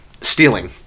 stealing